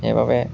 সেইবাবে